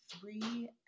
three